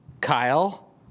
Kyle